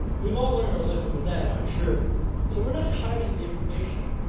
we've all learned our lesson with that, i'm sure. so we're not hiding the information.